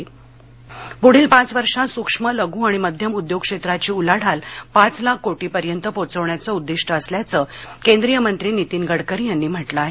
गडकरी पुढील पाच वर्षात सूक्ष्म लघू आणि मध्यम उद्योग क्षेत्राची उलाढाल पाच लाख कोटी पर्यंत पोहोचविण्याचे उदीष्ट्य असल्याच केंद्रीय मंत्री नितीन गडकरी यांनी म्हटलं आहे